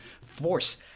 force